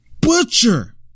butcher